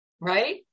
right